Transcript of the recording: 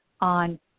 on